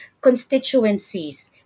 constituencies